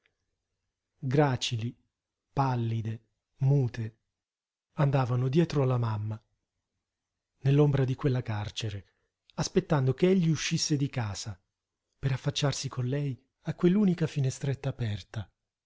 gracili pallide mute andavano dietro alla mamma nell'ombra di quella carcere aspettando ch'egli uscisse di casa per affacciarsi con lei a quell'unica finestretta aperta